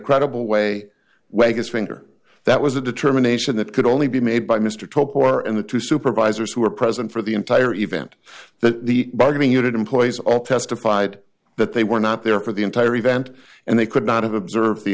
credible way waive his finger that was a determination that could only be made by mr top or and the two supervisors who were present for the entire event that the bargaining unit employees all testified that they were not there for the entire event and they could not have observed the